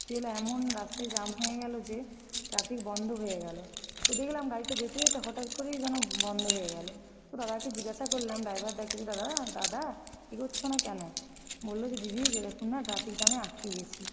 কী হলো এমন রাস্তায় জ্যাম হয়ে গেলো যে ট্রাফিক বন্ধ হয়ে গেলো তো দেখলাম গাড়িটা যেতে যেতে হঠাৎ করেই যেন বন্ধ হয়ে গেলো তো দাদাকে জিগাসা করলাম ড্রাইভার দাকে যে দাদা দাদা এগোচ্ছ না কেনো বললো যে দিদি যে দেখুন না ট্রাফিক জামে আঁটকে গিয়েছি